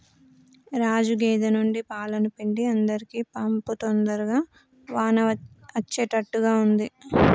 రాజు గేదె నుండి పాలను పిండి అందరికీ పంపు తొందరగా వాన అచ్చేట్టుగా ఉంది